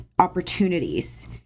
opportunities